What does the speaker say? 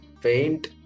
paint